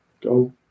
go